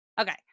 Okay